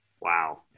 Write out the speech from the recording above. Wow